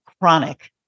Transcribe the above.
chronic